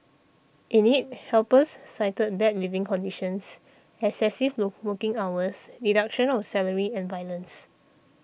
in it helpers cited bad living conditions excessive working hours deduction of salary and violence